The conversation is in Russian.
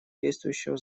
действующего